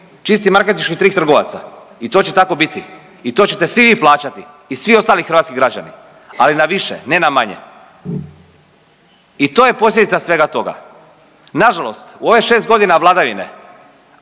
čisti marketinški trik trgovaca. I to će tako biti i to čete svi plaćati i svi ostali hrvatski građani, ali na više ne na manje. I to je posljedica svega toga. Nažalost, u ove 6 godina vladavine